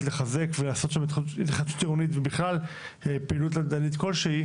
לחזק ולעשות שם התחדשות עירונית ובכלל פעילות נדל"נית כלשהי,